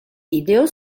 video